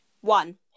one